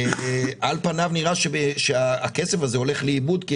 על פניו נראה שהכסף הזה הולך לאיבוד כי